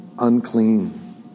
unclean